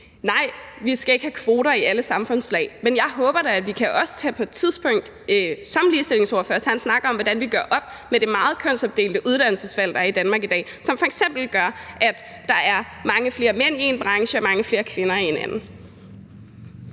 Nej, vi skal ikke have kvoter i alle samfundslag. Men jeg håber da som ligestillingsordfører, at vi også på et tidspunkt kan tage en snak om, hvordan vi gør op med det meget kønsopdelte uddannelsesvalg, der er i Danmark i dag – som f.eks. gør, at der er mange flere mænd i én branche og mange flere kvinder i en anden.